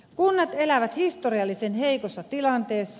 kunnat elävät historiallisen heikossa tilanteessa